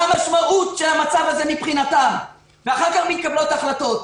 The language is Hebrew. מה המשמעות של המצב הזה מבחינתם ואחר כך מתקבלות החלטות.